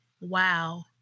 wow